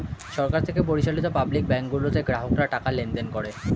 সরকার থেকে পরিচালিত public bank গুলোতে গ্রাহকরা টাকা লেনদেন করে